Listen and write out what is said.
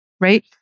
right